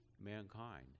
mankind